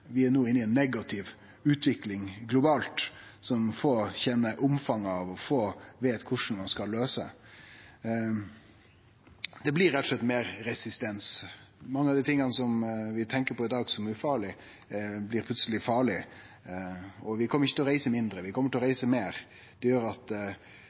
vi no er inne i ei negativ utvikling globalt som få kjenner omfanget av og veit korleis ein skal løyse. Det blir rett og slett meir resistens. Mykje av det vi i dag tenkjer på som ufarleg, er plutseleg farleg. Og vi kjem ikkje til å reise mindre, vi kjem til å reise meir. Det gjer at